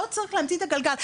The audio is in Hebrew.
לא צריך להמציא את הגלגל.